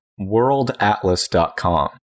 worldatlas.com